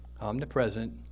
omnipresent